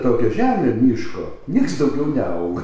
tokia žemė miško nieks daugiau neauga